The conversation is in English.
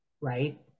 right